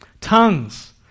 Tongues